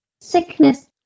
sickness